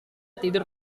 tidur